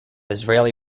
israeli